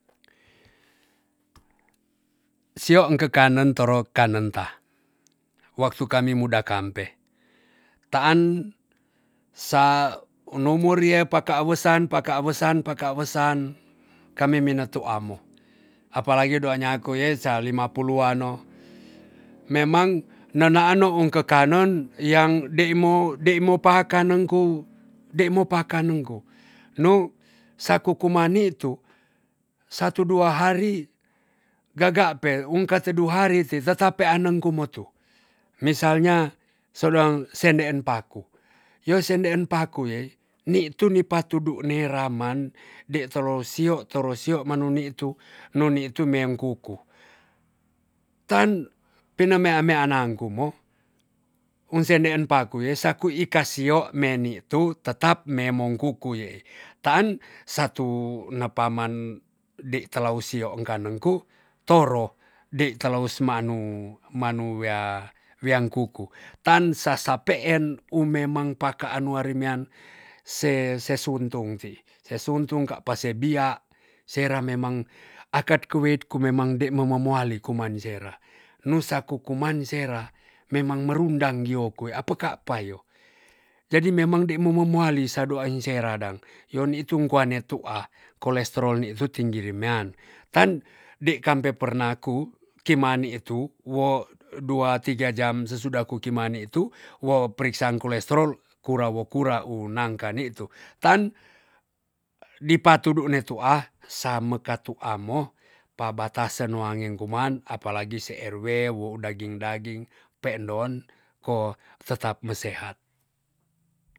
Sio enkekanen toro kanen ta. waktu kami muda kampe. taan sa numur ria pakaa wesan pakaa wesan pakaa wesan kami mine tuamo. apalagi doa nyaku ye sa lima puluan no memang nenaan no un kekanen yang deik mo deik mo pakananengku dei mo pakanungku. nu sako kuman ni tu satu dua hari gaga pe un ketedu hari ti tetap peanun kumutu. misalnya sedang sendeen paku yo sendeen paku yei nitu mi patudu neraman dei tolo sio toro sio manu nitu nun nitu meon kuku. tan pena mea mea anankumo un sendeen paku ye saku ika sio meni tu tetap memongku kuyei. tan satu nepaman dei talau sio ungkanen ku toro dei telous manu- manu wea- wean kuku. tan sasa peen um memang pakaan wuramean se- se suntung ti se suntung ka pa se bia sera memang akat keweit ku memang dei mo muali kuman sera. nusa ku kuman sera memang merundang gio ku apeka payo. jadi memang dei mo momuali sa doai sera dang yon nitu kwa ne tu'a kolesterol ni tu tinggi remean tan dei kampe pernah ku kimani tu wo dua tiga jam sesudah ku ki mani tu wo periksan kolestrol kuro wo kura unangka ni tu. tan di patudu ne tu'a sameka tuamo pabatasen wangen kuman apalagi se rw wu daging daging pe endon ko tetap mesehat.